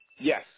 yes